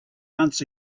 months